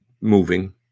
moving